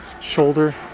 shoulder